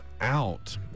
out